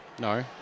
No